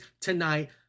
tonight